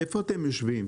איפה אתם יושבים?